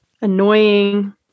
Annoying